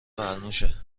فرموشه